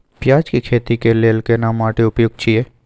पियाज के खेती के लेल केना माटी उपयुक्त छियै?